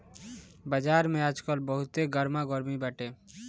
बाजार में आजकल बहुते गरमा गरमी बाटे